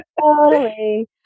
Holy